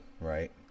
right